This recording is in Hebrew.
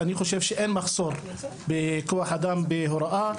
אני חושב שאין מחסור בכוח אדם בהוראה.